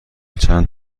چند